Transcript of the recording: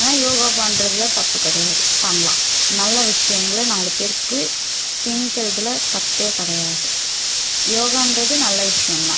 அதனால யோகா பண்ணுறதுல தப்பு கிடையாது பண்ணலாம் நல்ல விஷயங்கள நாலு பேருக்கு திணிக்கிறதில் தப்பே கிடையாது யோகான்றது நல்ல விஷயம் தான்